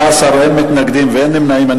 נמנעים.